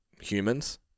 humans